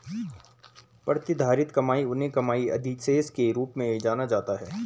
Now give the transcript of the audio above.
प्रतिधारित कमाई उन्हें कमाई अधिशेष के रूप में भी जाना जाता है